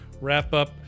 wrap-up